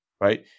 Right